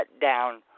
down